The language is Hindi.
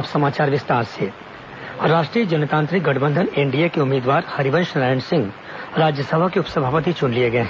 उपसभापति राष्ट्रीय जनतांत्रित गठबंधन एनडीए के उम्मीदवार हरिवंश नारायण सिंह राज्यसभा के उपसभापति चुन लिए गए हैं